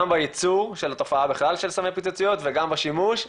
בייצור של התופעה בכלל של סמי פיצוציות וגם בשימוש.